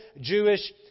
Jewish